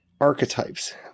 archetypes